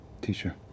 teacher